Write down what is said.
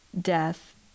death